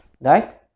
Right